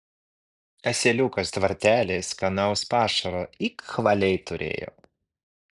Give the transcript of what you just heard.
asiliukas tvartely skanaus pašaro ik valiai turėjo